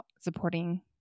supporting